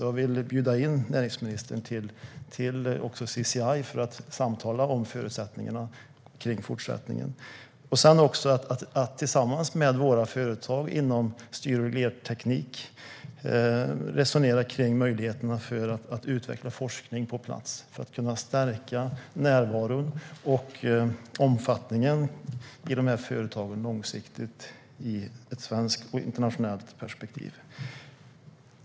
Jag vill bjuda in näringsministern till CCI för att samtala om förutsättningarna för fortsättningen och att också tillsammans med våra företag inom styr och reglerteknik resonera om möjligheterna att utveckla forskning på plats för att kunna stärka närvaron och omfattningen i dessa företag långsiktigt i ett svenskt och ett internationellt perspektiv.